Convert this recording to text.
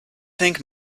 think